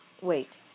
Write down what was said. wait